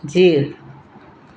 जीउ